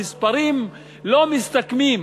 המספרים לא מסתכמים.